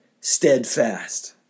steadfast